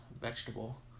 vegetable